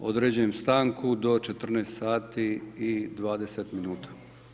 Određujem stanku do 14 sati i 20 minuta.